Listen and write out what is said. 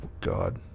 god